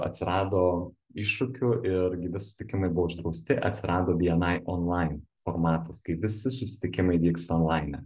atsirado iššūkių ir gyvi susitikimai buvo uždrausti atsirado bni onlain formatas kai visi susitikimai vyksta onlaine